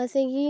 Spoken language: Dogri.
असेंगी